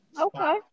okay